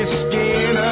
skin